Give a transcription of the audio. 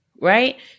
right